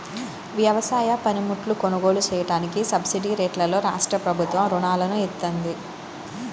వ్యవసాయ పనిముట్లు కొనుగోలు చెయ్యడానికి సబ్సిడీరేట్లలో రాష్ట్రప్రభుత్వం రుణాలను ఇత్తంది